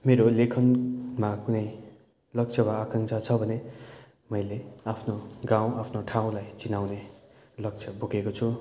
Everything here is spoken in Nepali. मेरो लेखनमा कुनै लक्ष्य वा आकाङ्क्षा छ भने मैले आफ्नो गाउँ आफ्नो ठाउँलाई चिनाउने लक्ष्य बोकेको छु